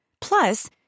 Plus